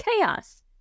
chaos